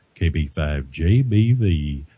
kb5jbv